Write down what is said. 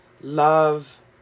love